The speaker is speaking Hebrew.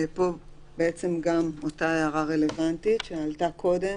פה רלוונטית אותה הערה שעלתה קודם